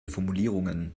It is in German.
formulierungen